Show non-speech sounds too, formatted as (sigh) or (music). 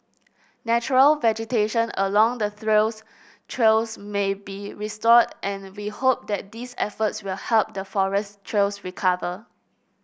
natural vegetation along the (unintelligible) trails may be restored and we hope that these efforts will help the forest trails recover